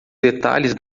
detalhes